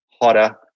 hotter